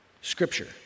Scripture